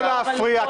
לא להפריע.